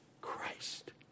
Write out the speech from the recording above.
Christ